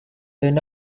though